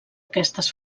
aquestes